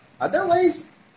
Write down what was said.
otherwise